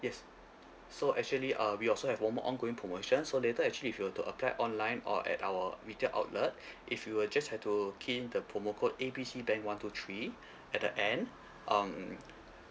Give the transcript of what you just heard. yes so actually uh we also have one more ongoing promotion so later actually if you were to apply online or at our retail outlet if you will just have to key in the promo code A B C bank one two three at the end um